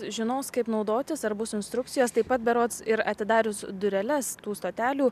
žinos kaip naudotis ar bus instrukcijos taip pat berods ir atidarius dureles tų stotelių